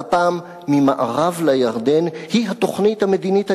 והפעם ממערב לירדן, היא התוכנית המדינית היחידה.